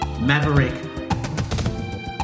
maverick